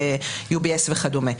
UBS וכדומה.